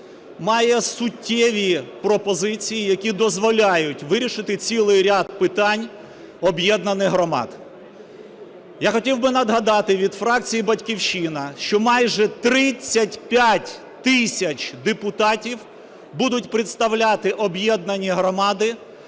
має суттєві пропозиції, які дозволяють вирішити цілий ряд питань об'єднаних громад. Я хотів би нагадати від фракції "Батьківщина", що майже 35 тисяч депутатів будуть представляти об'єднані громади